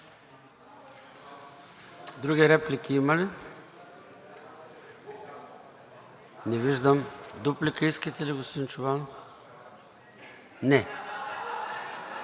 Други реплики има ли? Не виждам. Дуплика искате ли, господин Чобанов? Не.